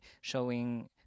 showing